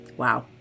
Wow